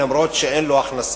אף-על-פי שאין לו הכנסה.